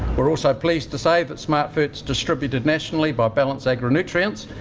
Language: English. we're also pleased to say that smartfert is distributed nationally by ballance agri-nutrients,